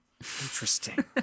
Interesting